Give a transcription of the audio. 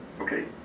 Okay